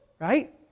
right